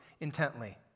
intently